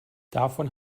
davon